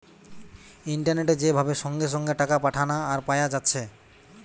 ইন্টারনেটে যে ভাবে সঙ্গে সঙ্গে টাকা পাঠানা আর পায়া যাচ্ছে